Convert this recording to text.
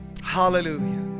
Hallelujah